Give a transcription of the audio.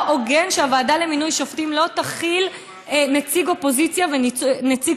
לא הוגן שהוועדה למינוי שופטים לא תכיל נציג אופוזיציה ונציג